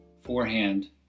forehand